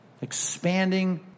expanding